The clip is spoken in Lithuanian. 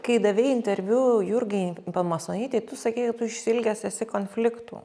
kai davei interviu jurgai pamasonytei tu sakei kad tu išsiilgęs esi konfliktų